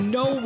no